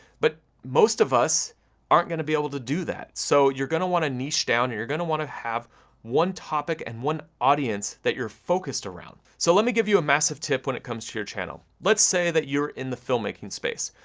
but most of us aren't gonna be able to do that, so you're gonna wanna niche down, and you're gonna wanna have one topic, and one audience that you're focused around. so let me give you a massive tip when it comes to your channel. let's say that you're in the filmmaking space.